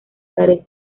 carece